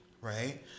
right